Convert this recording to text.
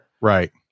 Right